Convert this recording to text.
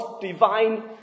divine